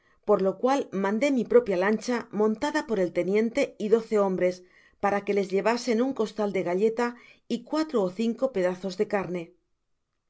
por lo cual mandé mi propia lancha montada por el teniente y doce hombres para que les llevasen un costal de galleta y cuatro ó cinco pedazos de carne n